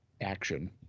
action